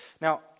Now